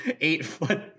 eight-foot